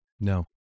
No